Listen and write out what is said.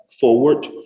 forward